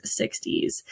60s